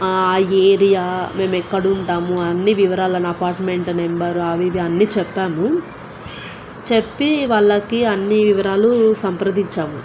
ఆ ఏరియా మేము ఎక్కడ ఉంటాము అన్ని వివరాలని అపార్ట్మెంట్ నెంబర్ అవి ఇవి అన్ని చెప్పాను చెప్పి వాళ్ళకి అన్ని వివరాలు సంప్రదించాము